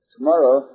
Tomorrow